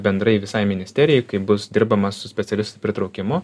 bendrai visai ministerijai kaip bus dirbama su specialis pritraukimu